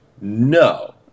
No